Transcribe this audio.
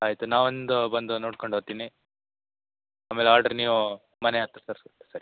ಆಯಿತು ನಾವೊಂದು ಬಂದು ನೋಡ್ಕೊಂಡು ಹೋತಿನಿ ಆಮೇಲೆ ಆರ್ಡ್ರ್ ನೀವು ಮನೆ ಹತ್ತಿರ ತರಿಸಿ ಸರಿ